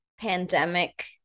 pandemic